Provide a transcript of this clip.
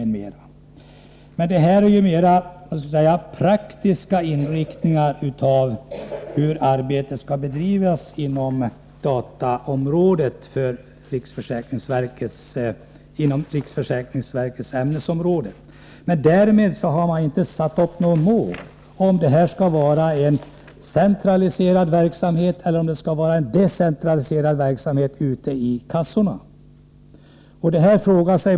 Det gäller en mera praktisk inriktning av hur arbetet skall bedrivas på dataområdet inom riksförsäkringsverket. Därmed har man inte satt upp något mål. Det sägs ingenting om det skall vara en decentraliserad verksamhet eller om det skall vara centraliserad verksamhet ute på försäkringskassorna.